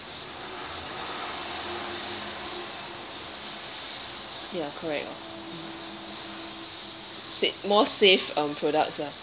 ya correct sa~ more safe um products lah